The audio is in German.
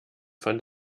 fand